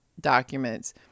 documents